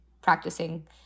practicing